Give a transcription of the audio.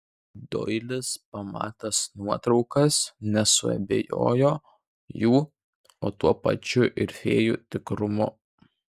doilis pamatęs nuotraukas nesuabejojo jų o tuo pačiu ir fėjų tikrumu